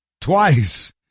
Twice